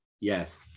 yes